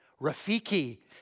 Rafiki